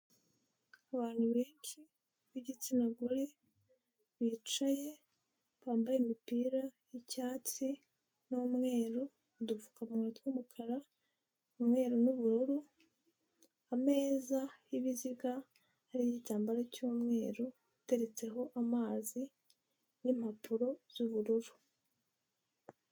Abantu benshi b'igitsina gore bicaye, bambaye imipira y'icyatsi n'umweru, udupfukamunwa tw'umukara, umweru n'ubururu, ameza y'ibiziga ariho igitambaro cy'umweru, ateretseho amazi n'impapuro z'ubururu.